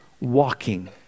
walking